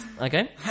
okay